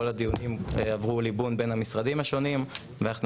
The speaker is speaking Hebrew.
כל הדיונים עברו ליבון בין המשרדים השונים ואנחנו